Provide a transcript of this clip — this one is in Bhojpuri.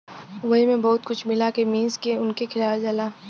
वही मे बहुत कुछ मिला के मीस के उनके खियावल जाला